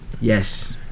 Yes